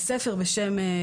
ממה שאנחנו